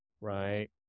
Right